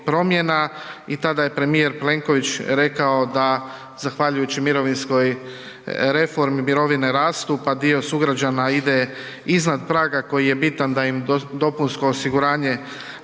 i tada je premijer Plenković rekao da zahvaljujući mirovinskoj reformi mirovine rastu pa dio sugrađana ide iznad praga koji je bitan da im DZO bude